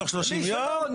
תוך שלושים יום,